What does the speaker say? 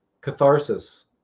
catharsis